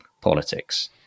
politics